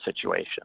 situation